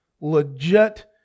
legit